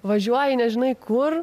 važiuoji nežinai kur